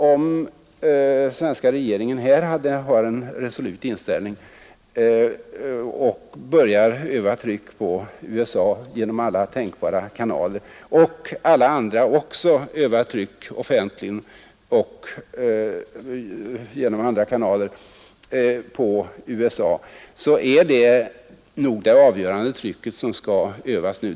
Om den svenska regeringen i fråga om Pakistan visar en resolut inställning och börjar öva tryck på USA genom alla tänkbara kanaler och om många andra regeringar också offentligt och genom andra kanaler övar tryck på USA kan det bli av avgörande betydelse.